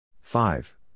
Five